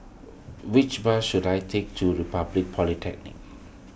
which bus should I take to Republic Polytechnic